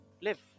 live